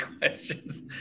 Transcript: questions